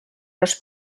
los